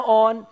on